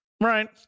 Right